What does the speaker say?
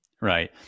Right